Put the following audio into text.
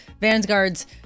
Vanguard's